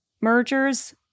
mergers